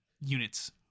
units